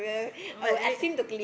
but red